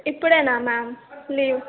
ఇప్పుడేనా ma'am leave